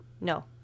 No